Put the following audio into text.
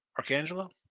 Archangelo